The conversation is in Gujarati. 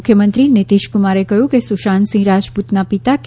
મુખ્યમંત્રી નીતીશ ક્રમારે કહ્યું કે સુશાંતસિંહ રાજપૂતના પિતા કે